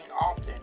often